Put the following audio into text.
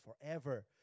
forever